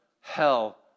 hell